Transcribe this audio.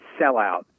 sellout